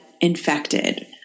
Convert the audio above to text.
infected